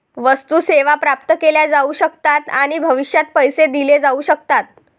वस्तू, सेवा प्राप्त केल्या जाऊ शकतात आणि भविष्यात पैसे दिले जाऊ शकतात